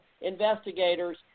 investigators